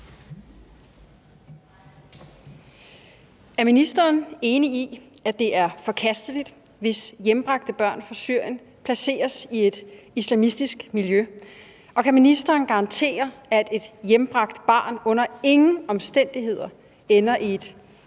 Er ministeren enig i, at det er forkasteligt, hvis hjembragte børn fra Syrien placeres i et islamistisk miljø, og kan ministeren garantere, at et hjembragt barn under ingen omstændigheder ender i et